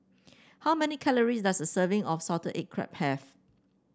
how many calories does a serving of Salted Egg Crab have